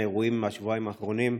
לאירועים מהשבועיים האחרונים.